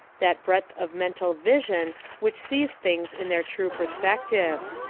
that breadth of mental vision which sees things in their true perspective.